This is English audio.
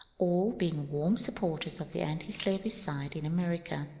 all being warm supporters of the antislavery side in america.